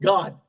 God